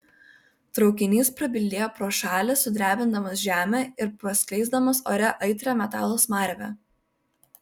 traukinys prabildėjo pro šalį sudrebindamas žemę ir paskleisdamas ore aitrią metalo smarvę